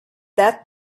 that